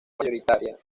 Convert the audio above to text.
mayoritaria